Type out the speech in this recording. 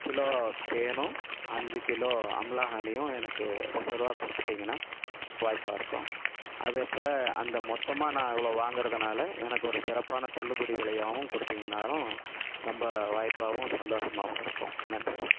kilo தேனும் அஞ்சு kilo Amala ஹனியும் எனக்கு ரிசர்வ்வாக கொடுத்துட்டிங்கனா வாய்ப்பாக இருக்கும் அதேப்போல் அந்த மொத்தமாக நான் இவ்வளோ வாங்கிறதுனால எனக்கு ஒரு சிறப்பான தள்ளுபடி விலையாகவும் கொடுத்திங்கனாலும் ரொம்ப வாய்ப்பாகவும் சந்தோஷமாகவும் இருக்கும் நன்றி